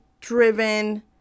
Driven